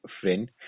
friend